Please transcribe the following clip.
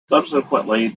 subsequently